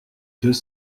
deux